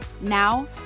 Now